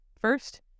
First